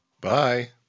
Bye